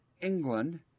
England